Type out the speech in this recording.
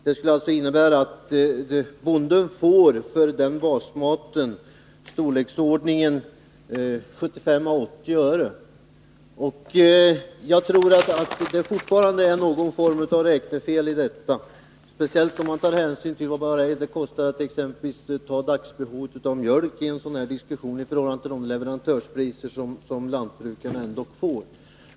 Det skulle alltså innebära att bonden för den basmaten får 75-80 öre. Jag tror fortfarande att det ligger något slags räknefel bakom detta, speciellt om man tar hänsyn till vad dagsbehovet av mjölk kostar i en sådan här diskussion i förhållande till de leverantörspriser lantbrukarna får.